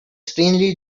strangely